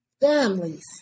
families